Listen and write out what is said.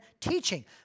teaching